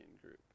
group